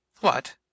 What